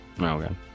Okay